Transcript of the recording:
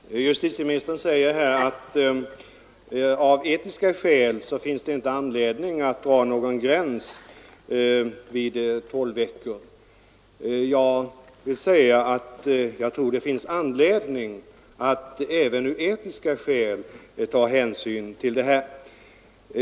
Herr talman! Justitieministern säger att det av etiska skäl inte finns anledning att dra någon gräns vid tolv veckor. Jag tror dock att det finns anledning att även av etiska skäl dra en sådan gräns.